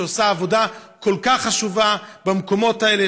שעושה עבודה כל כך חשובה במקומות האלה,